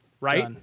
right